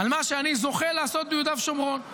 על מה שאני זוכה לעשות ביהודה ושומרון.